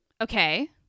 Okay